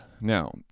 Now